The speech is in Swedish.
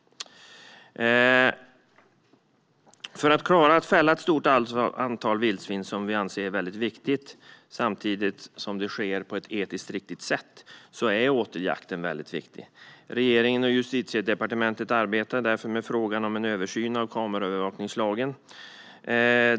För att klara att fälla ett stort antal vildsvin - som vi anser är väldigt viktigt, samtidigt som det ska ske på ett etiskt riktigt sätt - är åteljakten väldigt viktig. Regeringen och Justitiedepartementet arbetar därför med frågan om en översyn av kameraövervakningslagen.